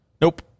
Nope